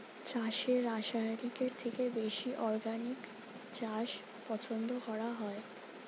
চাষে রাসায়নিকের থেকে বেশি অর্গানিক চাষ পছন্দ করা হয়